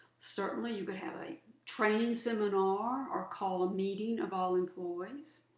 certainly, you could have a training seminar or call a meeting of all employees.